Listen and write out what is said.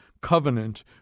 covenant